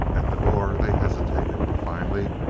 at the door they hesitated. finally,